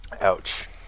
Ouch